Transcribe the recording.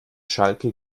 schalke